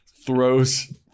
throws